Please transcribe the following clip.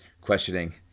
questioning